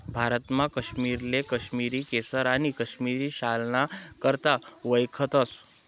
भारतमा काश्मीरले काश्मिरी केसर आणि काश्मिरी शालना करता वयखतस